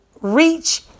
reach